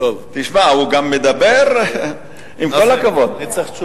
תשמע, הוא גם מדבר, עם כל הכבוד, חבר